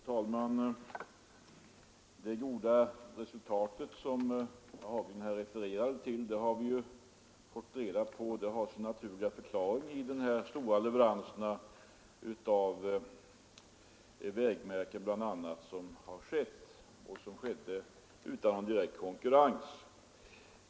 Fru talman! Det ekonomiskt goda resultat som herr Haglund refererade till har sin naturliga förklaring i de stora leveranser av bl.a. vägmärken som skett utan någon konkurrens.